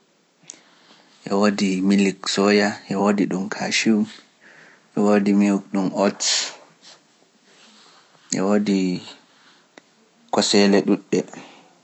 Ɓe woodi Milik Soya, ɓe woodi ɗum Kaaciw, ɓe woodi miwɗum Ot, ɓe woodi kooseele ɗuuɗɗe.